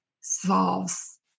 solves